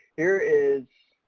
here is